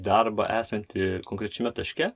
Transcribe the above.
darbą esantį konkrečiame taške